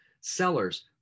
sellers